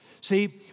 See